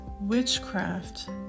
witchcraft